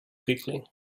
quickly